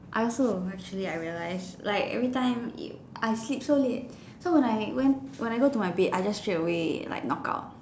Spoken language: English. I also actually I realized like everytime it I sleep so late so when I when I go to my bed I just straight away like knock out